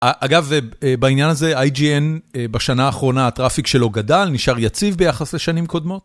אגב, בעניין הזה, IGN בשנה האחרונה, הטראפיק שלו גדל? נשאר יציב ביחס לשנים קודמות?